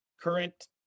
current